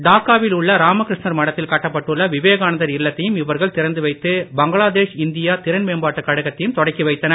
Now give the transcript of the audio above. டாக்கா வில் உள்ள ராமகிருஷ்ணர் மடத்தில் கட்டப்பட்டுள்ள விவேகானந்தர் இல்லத்தையும் இவர்கள் திறந்துவைத்து பங்களாதேஷ் இந்தியா திறன் மேம்பாட்டுக் கழகத்தையும் தொடக்கி வைத்தனர்